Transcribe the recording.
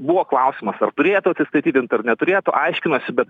buvo klausimas ar turėtų atsistatydint ar neturėtų aiškinasi bet